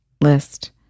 list